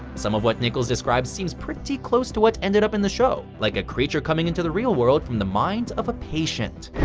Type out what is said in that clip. some of what nichols describes seems pretty close to what ended up in the show. like a creature coming into the real world from the mind of a patient.